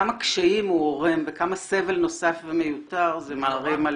קשיים הוא עורם וכמה סבל נוסף ומיותר זה מערים.